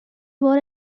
بار